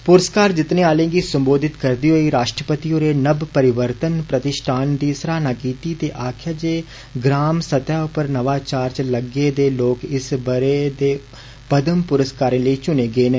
पुरस्कार जितने आले गी सम्बोधित करदे होई राश्ट्रपति होरें नव परिर्वतन प्रतिश्ठान दी सराहना कीती ते आक्खेआ जे ग्राम सतह उप्पर नवाचार च लग्गे दे लोक इस बरे दे पदम पुरस्कारें लेई चुने गे न